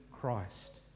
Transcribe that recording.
Christ